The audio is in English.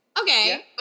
Okay